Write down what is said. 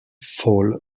fall